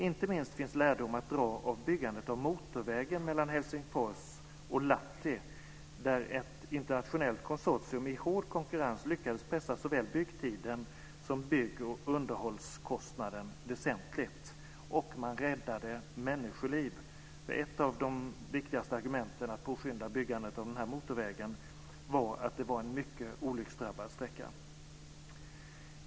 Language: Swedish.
Inte minst finns lärdomar att dra av byggandet av motorvägen mellan Helsingfors och Lahtis, där ett internationellt konsortium i hård konkurrens lyckades pressa såväl byggtiden som bygg och underhållskostnaden väsentligt. Och man räddade människoliv. Ett av de viktigaste argumenten för att påskynda byggandet av motorvägen var att det var en mycket olycksdrabbad sträcka.